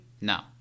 No